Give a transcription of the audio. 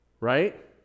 Right